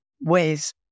ways